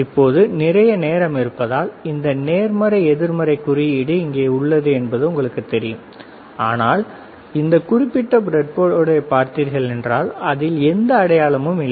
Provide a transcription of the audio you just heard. இப்போது நிறைய நேரம் இருப்பதால் இந்த நேர்மறை எதிர்மறை குறியீடு இங்கே உள்ளது என்பது உங்களுக்குத் தெரியும் ஆனால் இந்த குறிப்பிட்ட பிரெட் போர்டைப் பார்த்தீர்களென்றால் அதில் எந்த அடையாளமும் இல்லை